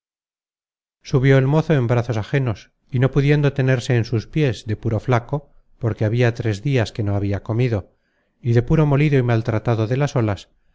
subió el mozo en brazos ajenos y no pudiendo tenerse en sus piés de puro flaco porque habia tres dias que no habia comido y de puro molido y maltratado de las olas